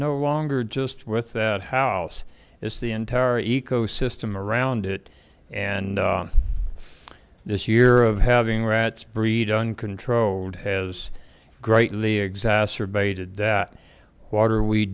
no longer just with that house it's the entire ecosystem around it and this year of having rats breed uncontrolled has greatly exacerbated that what are we